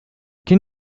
can